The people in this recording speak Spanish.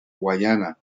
guyana